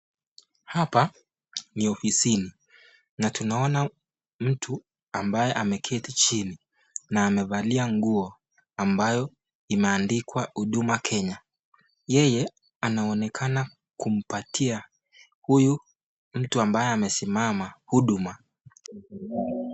Hapa ni ofisini. Na tunaona mtu ambaye ameketi chini na amevalia nguo ambayo imeandikwa huduma Kenya. Yeye anaonekana kumpatia huyu mtu ambaye amesimama huduma.